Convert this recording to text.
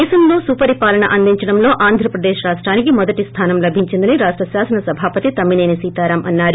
దేశంలో సుపరిపాలన అందించడంలో ఆంధ్రప్రదేశ్ రాష్టానికి మొదటి స్తానం లభించిందని రాష్ర శాసనసభాపతి తమ్మినేని సీతారాం అన్నారు